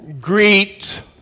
greet